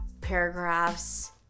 paragraphs